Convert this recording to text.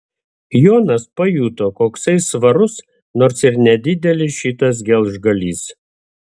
jonas pajuto koksai svarus nors ir nedidelis šitas geležgalys